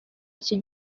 iki